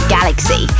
Galaxy